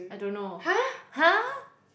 I don't know !huh!